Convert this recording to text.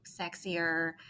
sexier